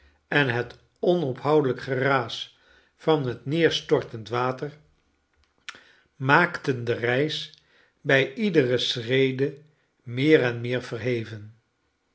en het onophoudelijk geraas van het neerstortend water maakten de reis bij iedere schrede meer en meer verheven